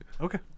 Okay